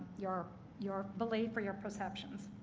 your your belief or your perceptions.